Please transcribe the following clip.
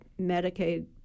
Medicaid